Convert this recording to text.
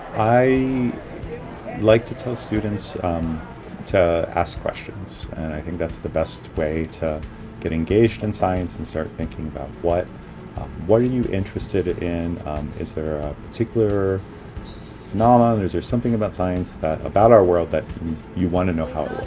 i like to tell students to ask questions and i think that's the best way to get engaged in and science and start thinking about what what are you interested in and is there a particular phenomenon or is there something about science that about our world that you want to know how